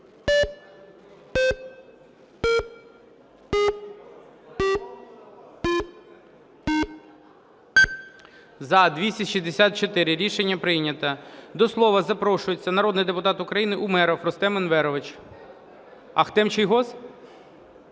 За-264 Рішення прийнято. До слова запрошується народний депутат України Умєров Рустем Енверович. Ахтем Чийгоз?